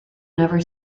never